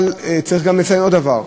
אבל צריך גם לציין עוד דבר.